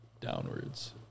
downwards